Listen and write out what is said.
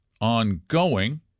ongoing